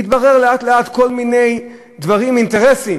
מתבררים לאט-לאט כל מיני דברים, אינטרסים.